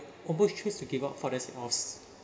almost choose to give up for the sake of